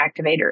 activator